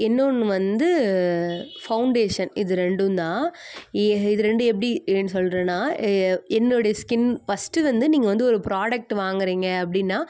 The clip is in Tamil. இன்னொன்று வந்து ஃபவுண்டேஷன் இது ரெண்டும்தான் எ இது ரெண்டும் எப்படி சொல்கிறேன்னா என்னுடைய ஸ்கின் ஃபஸ்ட்டு வந்து நீங்கள் வந்து ஒரு ப்ராடக்ட்டு வாங்குறீங்க அப்படின்னா